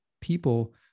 people